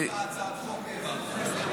אותה הצעת חוק העברתם.